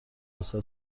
واست